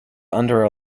under